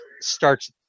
starts